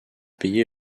payer